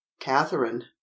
catherine